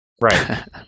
Right